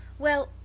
well,